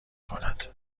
کند